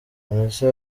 vanessa